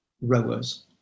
rowers